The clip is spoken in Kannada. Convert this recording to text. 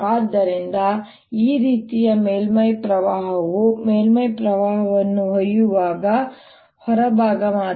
ಆದ್ದರಿಂದ ಈ ರೀತಿಯ ಮೇಲ್ಮೈ ಪ್ರವಾಹವು ಮೇಲ್ಮೈ ಪ್ರವಾಹವನ್ನು ಒಯ್ಯುವ ಹೊರಭಾಗ ಮಾತ್ರ